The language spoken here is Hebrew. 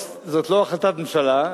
זאת לא החלטת ממשלה,